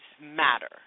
matter